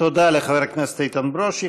תודה לחבר הכנסת איתן ברושי.